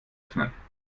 öffnen